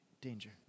Danger